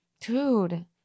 Dude